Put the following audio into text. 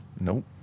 Nope